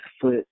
foot